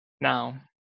now